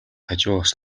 хажуугаас